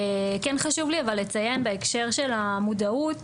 כן חשוב לי אבל לציין בהקשר של המודעות,